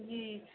जी